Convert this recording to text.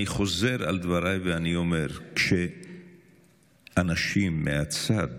אני חוזר על דבריי ואני אומר: כשאנשים מהצד